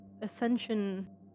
ascension